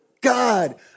God